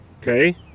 okay